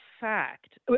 fact